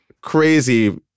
crazy